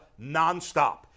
nonstop